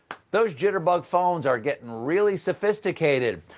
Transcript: those jitterbug phones are getting really sophisticated.